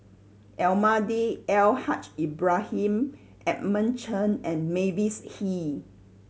Almahdi Al Haj Ibrahim Edmund Chen and Mavis Hee